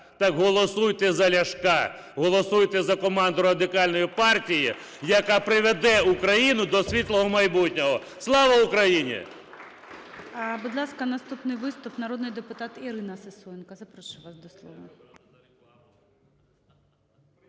так голосуйте за Ляшка. Голосуйте за команду Радикальної партії, яка приведе Україну до світлого майбутнього. Слава Україні!